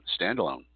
standalone